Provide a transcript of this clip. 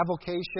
avocation